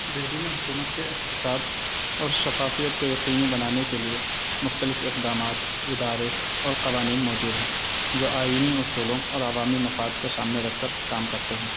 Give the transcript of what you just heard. دہلی میں حکومت کے احتساب اور شفافیت کو یقینی بنانے کے لیے مختلف اقدامات ادارے اور قوانین موجود ہیں جو آئینی اصولوں اور عوامی مفاد کو سامنے رکھ کر کام کرتے ہیں